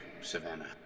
Savannah